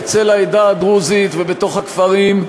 בעדה הדרוזית ובתוך הכפרים.